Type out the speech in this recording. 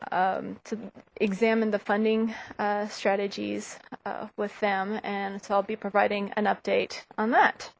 to examine the funding strategies with them and so i'll be providing an update on that